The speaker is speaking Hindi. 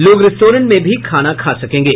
लोग रेस्टोरेंट में भी खाना खा सकेंगे